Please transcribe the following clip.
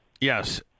Yes